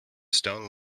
stone